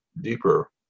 deeper